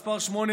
מס' 8,